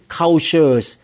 cultures